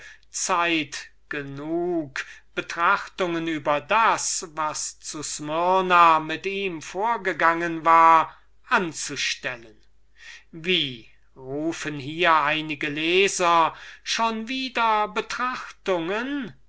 zeit genung betrachtungen über das was zu smyrna mit ihm vorgegangen war anzustellen wie rufen hier einige leser schon wieder betrachtungen